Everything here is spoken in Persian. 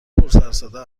پرسروصدا